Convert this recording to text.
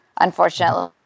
unfortunately